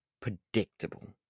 predictable